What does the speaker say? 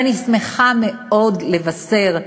ואני שמחה מאוד לבשר,